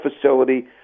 facility